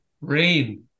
rain